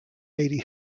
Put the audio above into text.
lady